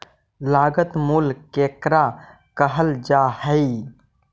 लागत मूल्य केकरा कहल जा हइ?